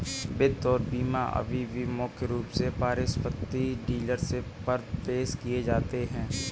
वित्त और बीमा अभी भी मुख्य रूप से परिसंपत्ति डीलरशिप पर पेश किए जाते हैं